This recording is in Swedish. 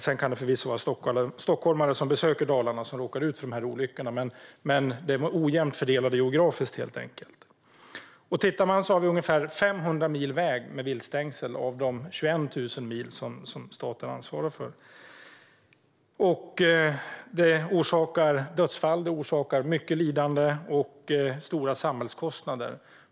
Sedan kan det förvisso vara stockholmare som besöker Dalarna som råkar ut för dessa olyckor. Men olyckorna är helt enkelt ojämnt fördelade geografiskt. Vi har ungefär 500 mil väg med viltstängsel - av de 21 000 mil som staten ansvarar för. Detta orsakar dödsfall. Det orsakar mycket lidande och en stor samhällskostnad.